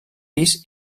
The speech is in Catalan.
pis